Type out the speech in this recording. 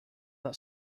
that